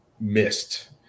missed